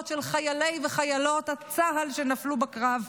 של חיילי וחיילות צה"ל שנפלו בקרב.